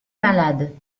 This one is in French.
malade